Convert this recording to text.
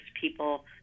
people